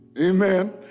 amen